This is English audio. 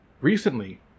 recently